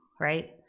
right